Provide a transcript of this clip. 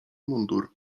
mundur